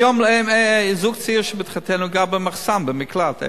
היום זוג צעיר שמתחתן גר במחסן, במקלט.